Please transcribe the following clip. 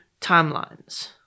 timelines